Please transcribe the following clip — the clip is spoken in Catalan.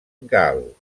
gal